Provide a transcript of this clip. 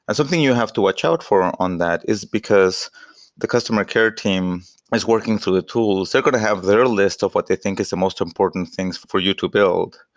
and something you have to watch out for on that, is because the customer care team is working through the tools. they're going to have their list of what they think is the most important things for you to build.